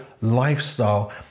lifestyle